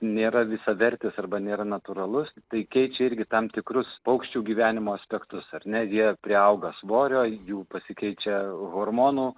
nėra visavertis arba nėra natūralus tai keičia irgi tam tikrus paukščių gyvenimo aspektus ar ne jie priauga svorio jų pasikeičia hormonų